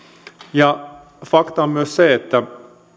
fakta on myös se että